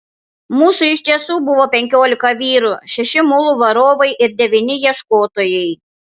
mūsų iš tiesų buvo penkiolika vyrų šeši mulų varovai ir devyni ieškotojai